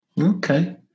Okay